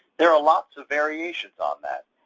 there are lots of variations on that.